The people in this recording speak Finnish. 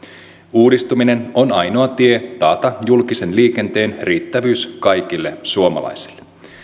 uudistuminen on ainoa tie taata julkisen liikenteen riittävyys kaikille suomalaisille